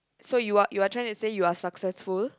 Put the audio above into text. so you are you are trying to say you are successful